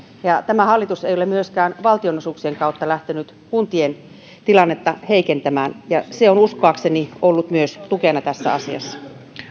ja tämä hallitus ei ole myöskään valtionosuuksien kautta lähtenyt kuntien tilannetta heikentämään ja se on uskoakseni ollut myös tukena tässä asiassa